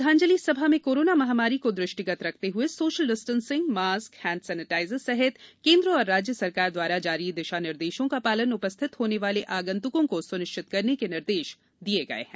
श्रद्वांजलि सभा में कोरोना महामारी को दृष्टिगत रखते हए social distancing mask hand sanitizer सहित केंद्र और राज्य सरकार द्वारा जारी दिशा निर्देशों का पालन उपस्थित होने वाले आगंत्कों को स्निश्चित करने के निर्देश दिये गये हैं